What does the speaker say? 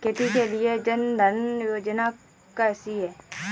खेती के लिए जन धन योजना कैसी है?